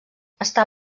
està